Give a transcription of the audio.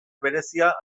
berezia